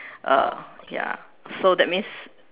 uh ya so that means